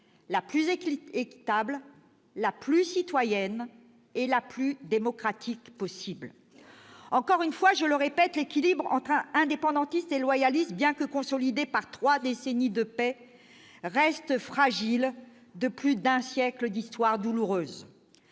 la plus équitable, la plus citoyenne et la plus démocratique possible. Encore une fois, je le répète, l'équilibre entre indépendantistes et loyalistes, bien que consolidé par trois décennies de paix, reste fragile de plus d'un siècle d'histoire douloureuse.